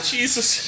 Jesus